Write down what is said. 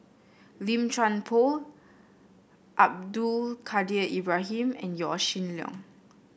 Lim Chuan Poh Abdul Kadir Ibrahim and Yaw Shin Leong